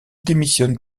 démissionne